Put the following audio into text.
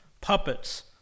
puppets